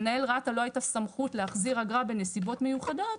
למנהל רת"א לא הייתה סמכות להחזיר אגרה בנסיבות מיוחדות,